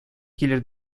килер